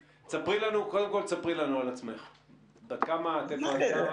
איך אמרו בזמנו: אתם לא הרגתם את ישו,